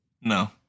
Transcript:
No